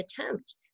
attempt